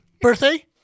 Birthday